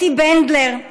אתי בנדלר,